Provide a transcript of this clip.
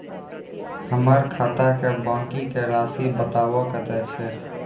हमर खाता के बाँकी के रासि बताबो कतेय छै?